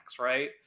Right